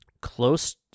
close